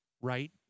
right